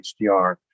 HDR